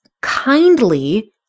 kindly